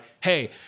hey